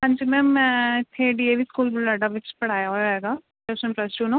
ਹਾਂਜੀ ਮੈਮ ਮੈਂ ਇੱਥੇ D A V school Budhlada ਵਿੱਚ ਪੜ੍ਹਾਇਆ ਹੋਇਆ ਹੈਗਾ ਪਲੱਸ ਵਨ ਪਲੱਸ ਟੂ ਨੂੰ